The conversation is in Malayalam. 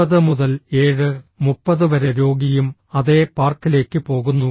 30 മുതൽ 730 വരെ രോഗിയും അതേ പാർക്കിലേക്ക് പോകുന്നു